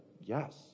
Yes